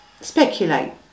speculate